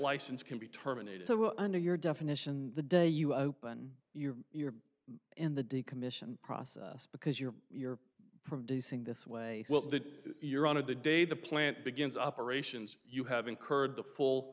license can be terminated under your definition the day you open your your in the decommissioned process because you're you're producing this way well that you're on of the day the plant begins operations you have incurred the full